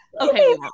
Okay